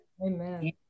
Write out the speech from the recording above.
Amen